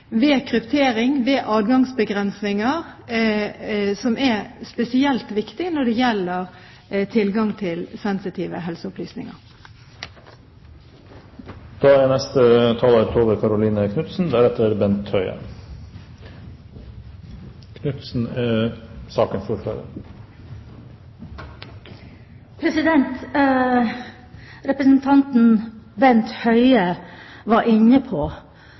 ved kryptering og ved adgangsbegrensninger, som er spesielt viktig når det gjelder tilgang til sensitive helseopplysninger. Representanten Bent Høie var inne på